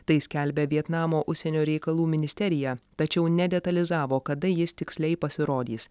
tai skelbia vietnamo užsienio reikalų ministerija tačiau nedetalizavo kada jis tiksliai pasirodys